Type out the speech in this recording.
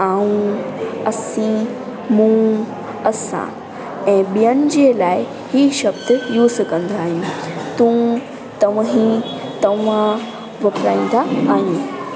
ऐं असीं मूं असां ऐं ॿियनि जे लाइ हीअ शब्द यूज़ कंदा आहिनि तूं तवहीं तव्हां वापराईंदा आहियूं